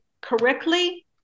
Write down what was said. correctly